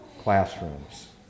classrooms